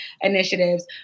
initiatives